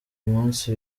munsi